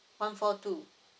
one four two